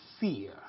fear